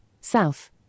south